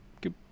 good